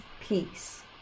peace